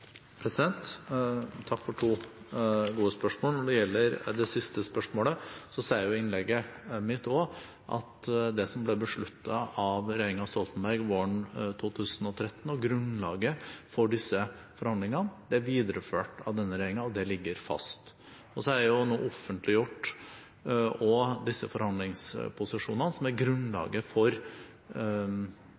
Takk for to gode spørsmål. Når det gjelder det siste spørsmålet, sa jeg i innlegget mitt at det som ble besluttet av regjeringen Stoltenberg våren 2013 – og grunnlaget for disse forhandlingene – ble videreført av denne regjeringen, og det ligger fast. Så har jeg nå også offentliggjort det som er grunnlaget for